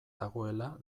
dagoela